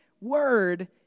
word